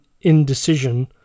indecision